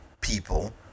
people